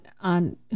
on